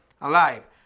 alive